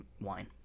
wine